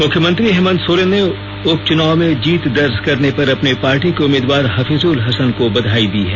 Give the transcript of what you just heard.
मुख्यमंत्री हेमंत सोरेन ने उपचुनाव में जीत दर्ज करने पर अपनी पार्टी के उम्मीदवार हफीजुल हसन को बधाई दी है